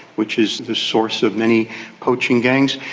which is the source of many poaching gangs.